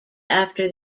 after